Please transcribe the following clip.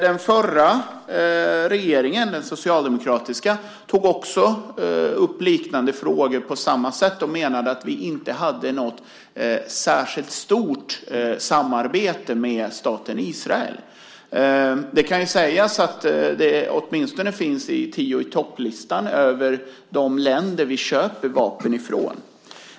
Den socialdemokratiska regeringen tog upp liknande frågor på samma sätt och menade att vi inte hade något särskilt stort samarbete med staten Israel. Det kan dock sägas att Israel finns med på tio-i-topp-listan över de länder vi köper vapen av.